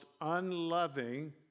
unloving